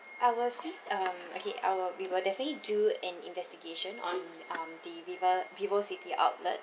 I will see um okay I will we will definitely do an investigation on um the viva~ vivocity outlet